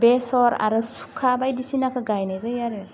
बेसर आरो सुखा बायदिसिनाखौ गायनाइ जायो आरो